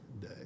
day